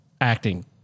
acting